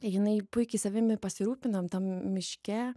jinai puikiai savimi pasirūpina tam miške